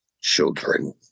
children